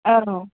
औ